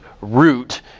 root